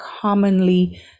commonly